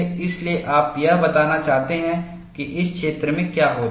इसलिए आप यह बताना चाहते हैं कि इस क्षेत्र में क्या होता है